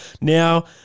Now